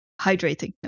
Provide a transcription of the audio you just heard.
hydrating